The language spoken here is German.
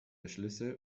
beschlüsse